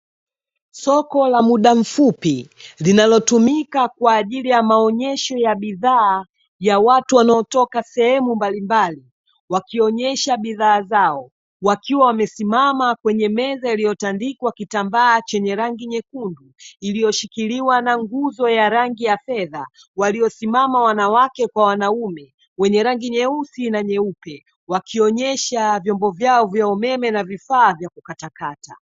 Soko la muda mfupi, linalotumika kwa ajili ya maonyesho ya bidhaa ya watu wanaotoka sehemu mbalimbali, wakionyesha bidhaa zao wakiwa wamesimama kwenye meza iliyotandikwa kitambaa chenye rangi nyekundu, iliyoshikiliwa na nguzo ya rangi ya fedha walio simama wanawake kwa wanaume, wenye rangi nyeusi na nyeupe wakionyesha vyombo vyao vya umeme na vifaa vya kukatakata.